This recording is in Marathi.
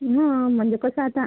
हा म्हणजे कसं आहे आता